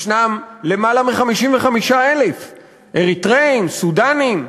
ישנם למעלה מ-55,000 אריתריאים וסודאנים,